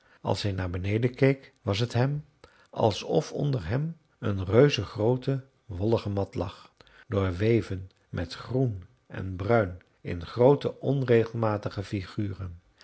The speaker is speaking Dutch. als hij naar beneden keek was t hem alsof onder hem een reuzengroote wollige mat lag doorweven met groen en bruin in groote onregelmatige figuren